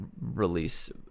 release